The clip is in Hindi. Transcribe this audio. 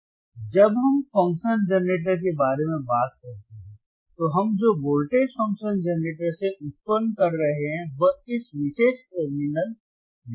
इसलिए जब हम फंक्शन जनरेटर के बारे में बात करते हैं तो हम जो वोल्टेज फ़ंक्शन जनरेटर से उत्पन्न कर रहे हैं वह इस विशेष टर्मिनल V1 पर ठीक से लागू होगा